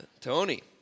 Tony